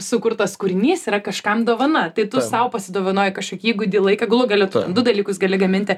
sukurtas kūrinys yra kažkam dovana tai tu sau pasidovanoji kažkokį įgūdį laiką galų gale tu du dalykus gali gaminti